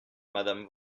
madame